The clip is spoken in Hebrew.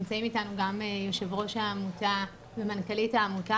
נמצאים איתנו גם יו"ר ומנכ"לית העמותה,